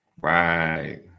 Right